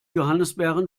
johannisbeeren